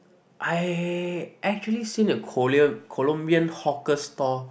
I actually seen a Colo~ Colombian hawker store